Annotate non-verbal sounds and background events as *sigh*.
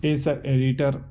*unintelligible* editor